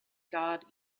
god